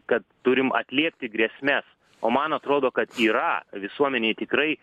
kad turim atliepti grėsmes o man atrodo kad yra visuomenėj tikrai